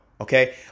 okay